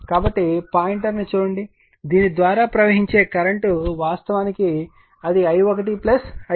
కాబట్టి పాయింటర్ను చూడండి దీని ద్వారా ప్రవహించే కరెంట్ వాస్తవానికి అది i1 i2